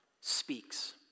speaks